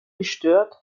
gestört